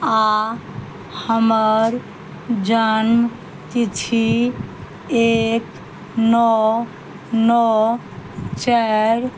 आ हमर जन्म तिथि एक नओ नओ चारि